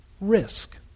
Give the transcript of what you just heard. risk